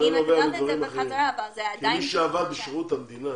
מי שעבד בשירות המדינה